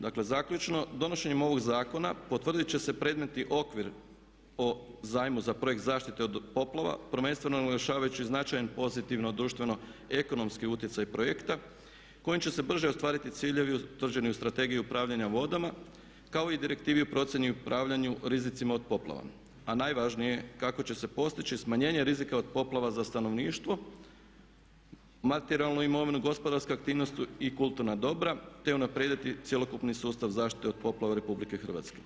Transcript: Dakle, zaključno donošenjem ovog zakona potvrditi će se predmeti okvir o zajmu za projekt zaštite od poplava prvenstveno naglašavajući značajan pozitivno, društveno ekonomski utjecaj projekta kojim će se brže ostvariti ciljevi utvrđeni u strategiji upravljanja vodama kao i direktivi u procjeni u upravljanju rizicima od poplava a najvažnije kako će se postići smanjenje rizika od poplava za stanovništvo, materijalnu imovinu, gospodarske aktivnosti i kulturna dobra te unaprijediti cjelokupni sustav zaštite od poplava RH.